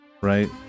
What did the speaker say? right